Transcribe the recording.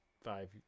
five